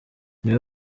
niwe